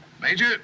Major